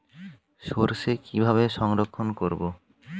সরষে কিভাবে সংরক্ষণ করব?